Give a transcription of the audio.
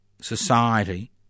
society